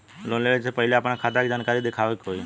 Loan लेवे से पहिले अपने खाता के जानकारी दिखावे के होई?